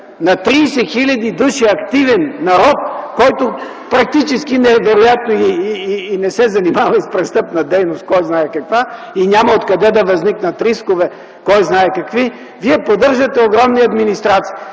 На 30 хил. души активен народ, който практически, и вероятно не се занимава с престъпна дейност – кой знае каква, и няма откъде да възникнат рискове – кой знае какви, вие поддържате огромни администрации.